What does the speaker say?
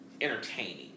entertaining